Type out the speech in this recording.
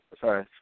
sorry